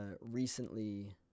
recently